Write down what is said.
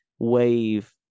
wave